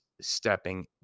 stepping